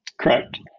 Correct